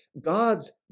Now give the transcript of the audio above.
God's